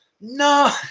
no